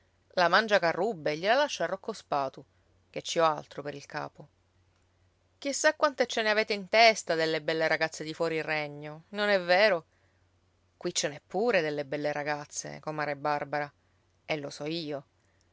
la mangiacarrubbe gliela lascio a rocco spatu ché ci ho altro pel capo chissà quante ce ne avete in testa delle belle ragazze di fuori regno non è vero qui ce n'è pure delle belle ragazze comare barbara e lo so io